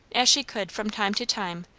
as she could from time to time,